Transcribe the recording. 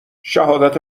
شهادت